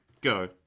Go